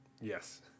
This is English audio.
yes